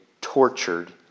tortured